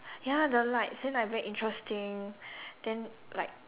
ya the lights then like very interesting then like